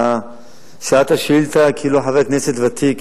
אתה שאלת שאילתא כאילו אתה חבר כנסת ותיק